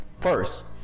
first